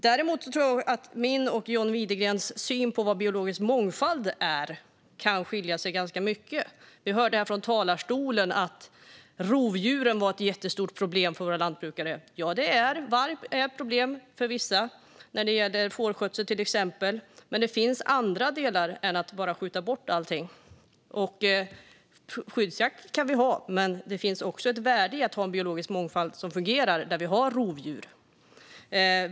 Däremot tror jag att min och John Widegrens syn på vad biologisk mångfald är kan skilja sig ganska mycket. Vi hörde från talarstolen att rovdjuren är ett jättestort problem för våra lantbrukare. Ja, varg är ett problem för vissa när det gäller till exempel fårskötsel. Men det finns andra åtgärder än att bara skjuta bort allting. Skyddsjakt kan vi ha, men det finns också ett värde i att ha biologisk mångfald som fungerar där vi har rovdjur.